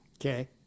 Okay